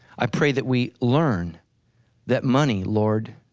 i pray that we learn that money lord,